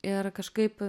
ir kažkaip